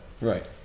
Right